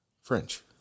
French